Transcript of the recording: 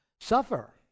suffer